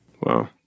Wow